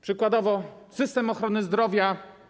Przykładowo system ochrony zdrowia.